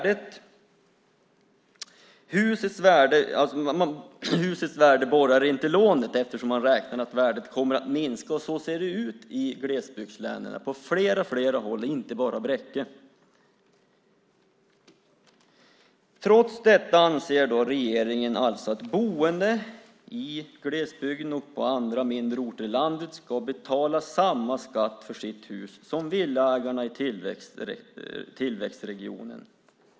Tycker du att det är rättvist att husets värde inte borgar för lånet eftersom man räknar med att husets värde kommer att minska? Så ser det ut i glesbygdslänen på fler och fler håll - inte bara i Bräcke. Trots detta anser regeringen att boende i glesbygden och på mindre orter i landet ska betala samma skatt för sina hus som villaägarna i tillväxtregioner.